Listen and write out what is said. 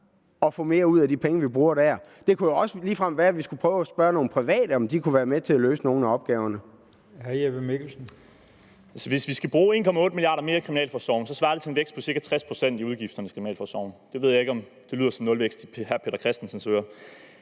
få mere ud af de penge, vi bruger der. Det kunne også ligefrem være, at vi skulle prøve at spørge nogle private, om de kunne være med til at løse nogle af opgaverne. Kl. 09:43 Formanden: Hr. Jeppe Mikkelsen. Kl. 09:43 Jeppe Mikkelsen (RV): Hvis vi skal bruge 1,8 mia. kr. mere i Kriminalforsorgen, svarer det til en vækst på ca. 60 pct. i udgifterne til Kriminalforsorgen. Jeg ved ikke, om det lyder som nulvækst i hr. Peter Christensens ører.